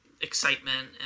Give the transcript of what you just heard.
excitement